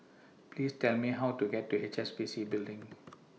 Please Tell Me How to get to H S B C Building